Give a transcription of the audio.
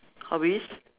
hobbies